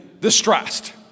distressed